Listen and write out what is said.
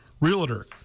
realtor